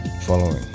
following